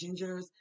gingers